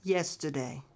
Yesterday